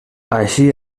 així